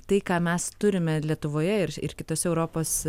tai ką mes turime lietuvoje ir ir kitose europos